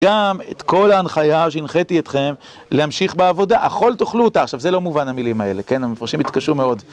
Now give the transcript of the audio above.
גם את כל ההנחיה שהנחיתי אתכם, להמשיך בעבודה, אכול תאכלו אותה, עכשיו זה לא מובן המילים האלה, כן? המפרשים התקשו מאוד.